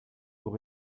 pour